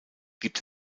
gibt